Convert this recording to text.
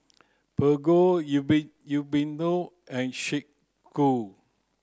Prego and Snek Ku